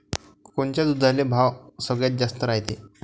कोनच्या दुधाले भाव सगळ्यात जास्त रायते?